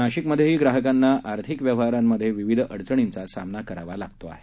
नाशिक मधेही ग्राहकांना आर्थिक व्यवहारांमध्ये विविध अडचणींचा सामना करावा लागत आहे